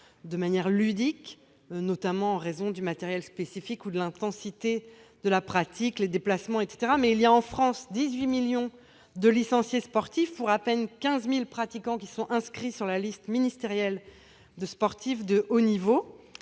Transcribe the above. de manière ludique, notamment en raison du matériel spécifique requis, de l'intensité de la pratique, ou des déplacements. Cependant, la France compte 18 millions de licenciés sportifs, pour à peine 15 000 pratiquants inscrits sur la liste ministérielle des sportifs de haut niveau.